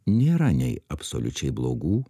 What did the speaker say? nėra nei absoliučiai blogų